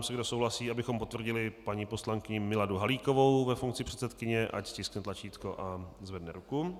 Kdo souhlasí, abychom potvrdili paní poslankyni Miladu Halíkovou ve funkci předsedkyně, ať stiskne tlačítko a zvedne ruku.